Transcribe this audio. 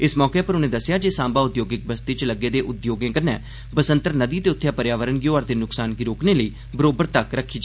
इस मौके उप्पर उनें दस्सेआ जे सांबा उद्योगिक बस्ती च लग्गे दे उद्योगें कन्नै बसन्तर नदी ते उत्थै पर्यावरण गी होआ'रदे नुकसान गी रोकने लेई बरोबर तक्क रक्खी जा'रदी ऐ